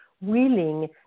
willing